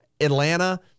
Atlanta